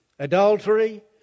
Adultery